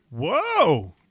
Whoa